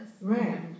Right